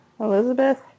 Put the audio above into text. Elizabeth